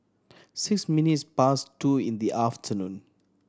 six minutes past two in the afternoon